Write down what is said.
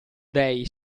dei